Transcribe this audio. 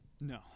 No